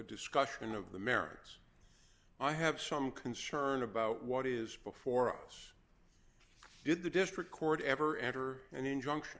discussion of the merits i have some concern about what is before us did the district court ever enter an injunction